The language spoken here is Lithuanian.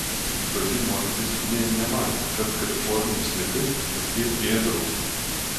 iš pradžių moteris nė nemanė kad kalifornijos sliekai tokie ėdrūs